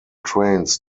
trains